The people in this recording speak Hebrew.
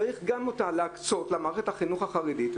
צריך גם אותה להקצות למערכת החינוך החרדית.